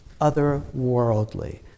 otherworldly